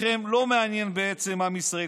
אתכם לא מעניין בעצם עם ישראל,